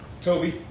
Toby